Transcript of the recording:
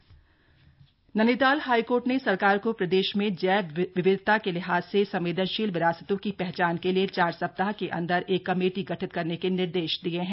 high court on ऑली Nainital high court ने सरकार को प्रदेश में जैव विविधता के लिहाज से संवेदनशील विरासतों की पहचान के लिये चार सप्ताह के अंदर एक कमेटी गठित करने के निर्देश दिये हैं